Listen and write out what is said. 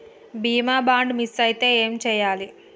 బీమా bond miss అయితే ఏం చేయాలి?